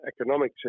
economic